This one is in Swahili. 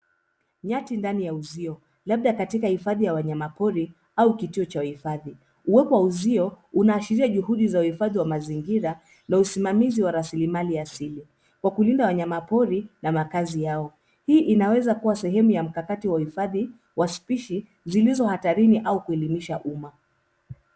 Nyati ndani ya uzio labda katika hifadhi ya wanyama pori au kituo cha uhifadhi. Uwepo wa uzio unaashiria juhudi za uhifadhi wa mazingira na usimamizi wa rasilimali asili kwa kulinda wanyama pori na makazi yao. Hii inaweza kuwa sehemu ya mkakati wa uhifadhi wa spishi zilizo hatarini au kuelimisha umma.